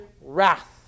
wrath